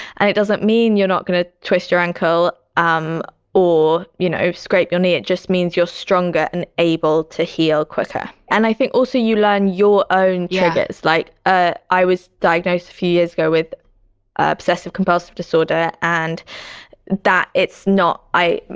and it doesn't mean you're not going to twist your ankle um or, you know, scrape your knee. it just means you're stronger and able to heal quicker. and i think also you learn your own triggers. like ah i was diagnosed a few years ago with obsessive compulsive disorder. and that, it's not, i